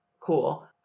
cool